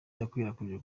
yakwirakwijwe